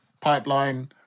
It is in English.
pipeline